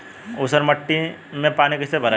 ऊसर मिट्टी में पानी कईसे भराई?